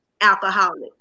Alcoholic